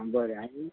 आं बरें आनी